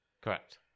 Correct